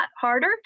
harder